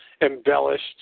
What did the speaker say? embellished